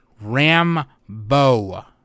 Rambo